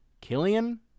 Killian